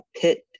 pit